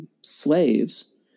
slaves